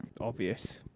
Obvious